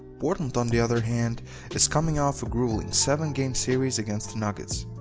portland on the other hand is coming off a grueling seven game series against the nuggets.